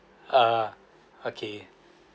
ah okay